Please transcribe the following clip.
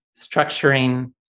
structuring